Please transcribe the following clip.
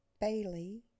Bailey